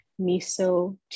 miso